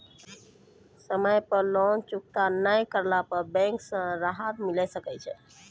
समय पर लोन चुकता नैय करला पर बैंक से राहत मिले सकय छै?